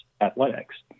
athletics